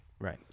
Right